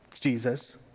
Jesus